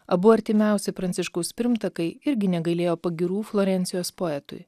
abu artimiausi pranciškaus pirmtakai irgi negailėjo pagyrų florencijos poetui